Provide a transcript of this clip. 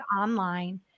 online